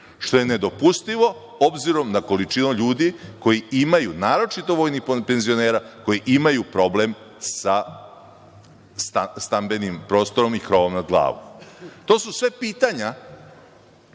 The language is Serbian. što nedopustivo obzirom na količinu ljudi koji imaju, naročito vojni plan penzionera, koji imaju problem sa stambenim prostorom i krovom nad glavom. To su sve pitanja